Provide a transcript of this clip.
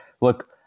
Look